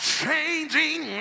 changing